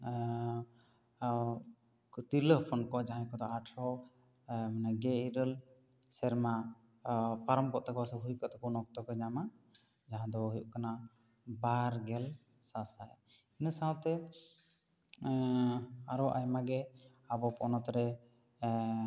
ᱛᱤᱨᱞᱟᱹ ᱦᱚᱯᱚᱱ ᱠᱚ ᱡᱟᱦᱟᱸᱭ ᱠᱚ ᱫᱚ ᱟᱴᱷᱮᱨᱚ ᱜᱮ ᱤᱨᱟᱹᱞ ᱥᱮᱨᱢᱟ ᱯᱟᱨᱚᱢ ᱠᱚᱜ ᱛᱮᱠᱚ ᱥᱮ ᱦᱩᱭ ᱠᱚᱜ ᱛᱮᱠᱚ ᱩᱱ ᱚᱠᱛᱚ ᱠᱚ ᱧᱟᱢᱟ ᱡᱟᱦᱟ ᱫᱚ ᱦᱩᱭᱩᱜ ᱠᱟᱱᱟ ᱵᱟᱨᱜᱮᱞ ᱥᱟᱥᱟᱭ ᱤᱱᱟᱹ ᱥᱟᱶᱛᱮ ᱟᱨᱚ ᱟᱭᱢᱟ ᱜᱮ ᱟᱵᱚ ᱯᱚᱱᱚᱛ ᱨᱮ